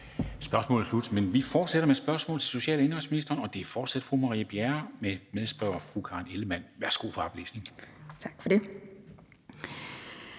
Spørgsmålet er slut. Vi fortsætter med spørgsmål til social- og indenrigsministeren, og det er fortsat af fru Marie Bjerre og med medspørger fru Karen Ellemann. Kl. 14:14 Spm. nr. S 679 9)